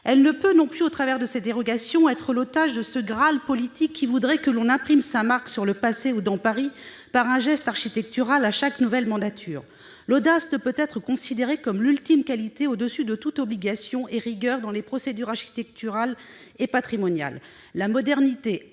ne peut pas non plus être l'otage de ce Graal politique qui voudrait que l'on imprime sa marque sur le passé ou dans Paris par un geste architectural à chaque nouvelle mandature. L'audace ne peut être considérée comme l'ultime qualité, se plaçant au-dessus de toute obligation et rigueur, dans les procédures architecturales et patrimoniales. La modernité